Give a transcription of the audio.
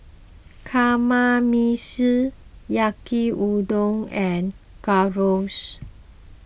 Kamameshi Yaki Udon and Gyros